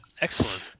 excellent